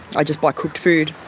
i just buy cooked food.